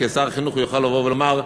כשר החינוך הוא יוכל לבוא ולומר: